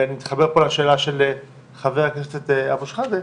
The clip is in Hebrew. ואני מתחבר פה לשאלה של חבר הכנסת אבו שחאדה,